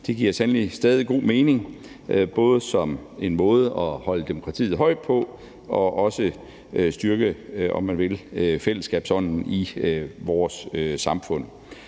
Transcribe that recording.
sandelig stadig god mening, både som en måde at holde demokratiet højt på og også styrke, og man vil, fællesskabsånden i vores samfund.